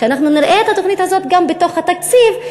שנראה את התוכנית הזאת גם בתוך התקציב,